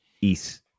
East